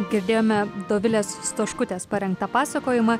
girdėjome dovilės stoškutės parengtą pasakojimą